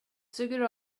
suger